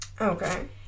Okay